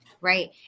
Right